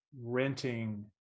renting